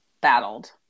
battled